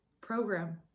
program